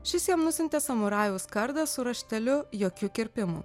šis jam nusiuntė samurajaus kardą su rašteliu jokių kirpimų